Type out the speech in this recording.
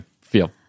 feel